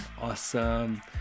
awesome